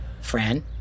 Fran